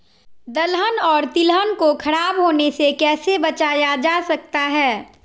दलहन और तिलहन को खराब होने से कैसे बचाया जा सकता है?